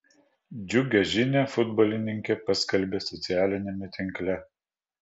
džiugią žinią futbolininkė paskelbė socialiniame tinkle